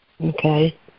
Okay